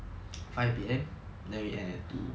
five P_M then we end at two